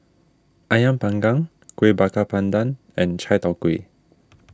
Ayam Panggang Kuih Bakar Pandan and Chai Tow Kuay